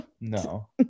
No